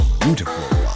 beautiful